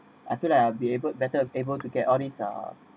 I feel like I'm be able better able to get all these ah